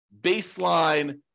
baseline